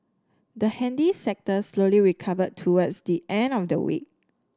the handy sector slowly recovered towards the end of the week